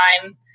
time